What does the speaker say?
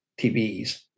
TVs